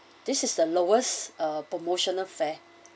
this is the lowest uh promotional fare